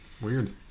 Weird